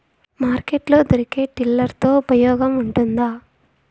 Market లో దొరికే tiller తో ఉపయోగం ఉంటుందా?